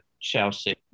Chelsea